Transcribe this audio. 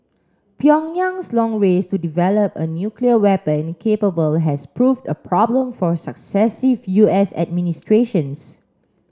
Pyongyang's long race to develop a nuclear weapon capable has proved a problem for successive U S administrations